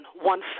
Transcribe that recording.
One